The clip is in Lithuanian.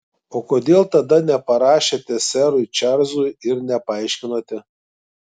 o kodėl tada neparašėte serui čarlzui ir nepaaiškinote